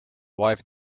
wife